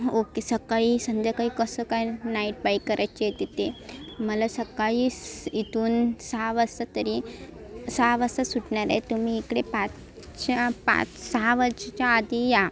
okay सकाळी संध्याकाळी कसं काय नाईट बाईक करायची आहे तिथे मला सकाळी स इथून सहा वाजता तरी सहा वाजता सुटणार आहे तुम्ही इकडे पाचच्या पाच सहा वाजायच्या आधी या